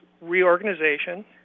Reorganization